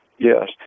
Yes